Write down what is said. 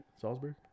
Salzburg